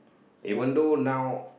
even though now